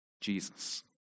Jesus